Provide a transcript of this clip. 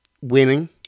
winning